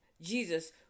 Jesus